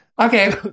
Okay